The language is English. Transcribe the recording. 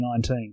2019